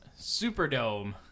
superdome